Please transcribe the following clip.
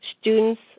students